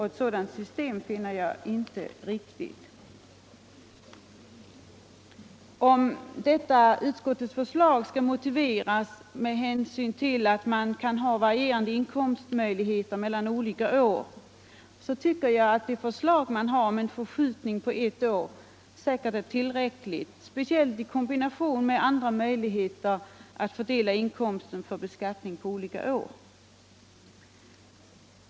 Ett sådant system finner jag inte riktigt. Om detta utskottets förslag skall motiveras av att man kan ha inkomster som varierar mellan olika år, tycker jag att förslaget om en förskjutning på ett år är tillräckligt, speciellt i kombination med andra möjligheter att för beskattning fördela inkomsten på olika år.